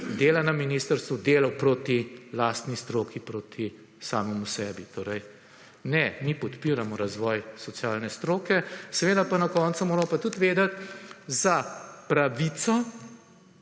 dela na ministrstvu delal proti lastni stroki, proti samemu sebi, torej ne, mi podpiramo razvoj socialne stroke, seveda pa na koncu moramo pa tudi vedeti za pravico,